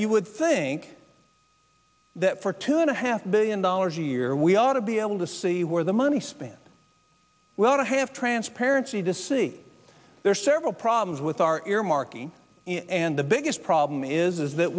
you would think that for two and a half billion dollars a year we ought to be able to see where the money spent well to have transparency to see there are several problems with our earmarking and the biggest problem is that